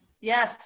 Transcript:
Yes